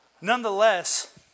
nonetheless